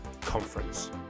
conference